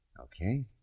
Okay